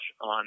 on